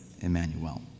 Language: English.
Emmanuel